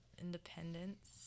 independence